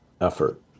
effort